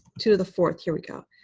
to the fourth. here we go.